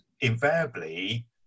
invariably